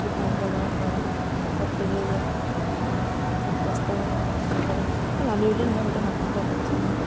দোকান বজাৰ কৰা ক'ৰবাত ফুৰিবলে যোৱা বহুত কষ্ট পালোঁ অকল আমি বুলি নহয় গোটেই সমগ্ৰ দেশজুৰিয়ে